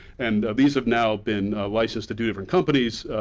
and these have now been licensed to two different companies,